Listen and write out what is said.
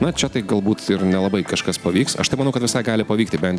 na čia tai galbūt ir nelabai kažkas pavyks aš tai manau kad visai gali pavykti bent